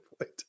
point